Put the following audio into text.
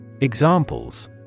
Examples